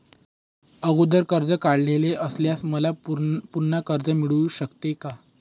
अगोदर कर्ज काढलेले असल्यास मला पुन्हा कर्ज मिळू शकते का?